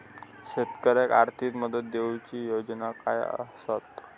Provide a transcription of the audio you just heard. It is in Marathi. शेतकऱ्याक आर्थिक मदत देऊची योजना काय आसत?